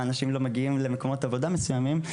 אנשים לא מגיעים למקומות עבודה מסוימים.